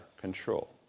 control